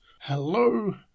Hello